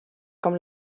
com